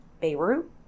Beirut